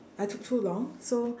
I took so long so